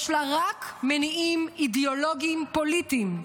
יש לה רק מניעים אידיאולוגיים פוליטיים,